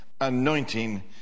anointing